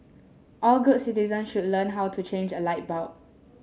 all good citizens should learn how to change a light bulb